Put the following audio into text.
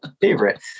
favorite